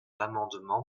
l’amendement